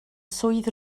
swydd